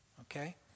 okay